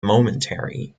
momentary